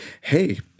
hey